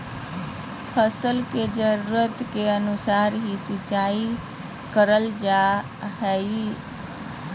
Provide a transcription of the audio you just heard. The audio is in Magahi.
फसल के जरुरत के अनुसार ही सिंचाई करल जा हय